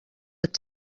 ati